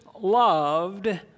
loved